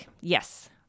Yes